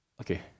okay